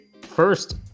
first